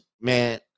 Man